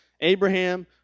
Abraham